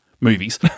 movies